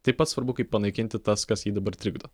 taip pat svarbu kaip panaikinti tas kas jį dabar trikdo